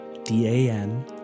d-a-n